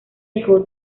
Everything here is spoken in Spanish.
hijo